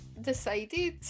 decided